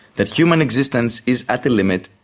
that human existence is at the limit,